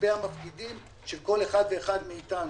לכספי המפקידים של כל אחד ואחד מאתנו.